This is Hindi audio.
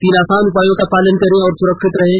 तीन आसान उपायों का पालन करें और सुरक्षित रहें